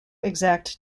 exact